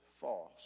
false